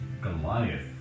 Goliath